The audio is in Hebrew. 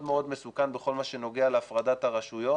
מאוד מאוד מסוכן בכל מה שנוגע להפרדת הרשויות